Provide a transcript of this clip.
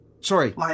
Sorry